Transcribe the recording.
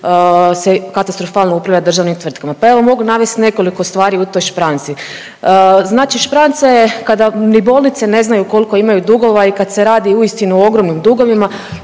se katastrofalno upravlja državnim tvrtkama. Pa evo, mogu navesti nekoliko stvari u toj špranci. Znači špranca je kada ni bolnice ne znaju koliko imaju dugova i kad se radi uistinu o ogromnim dugovima,